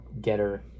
getter